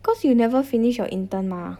cause you never finish your intern mah